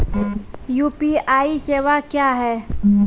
UPI सेवा क्या हैं?